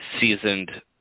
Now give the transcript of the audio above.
seasoned